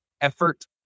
effort